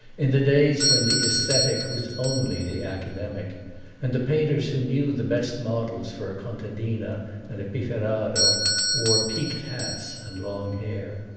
in the days when the aesthetic was only the academic and the painters who knew the best models for a contadina and pifferaro wore peaked hats and long hair.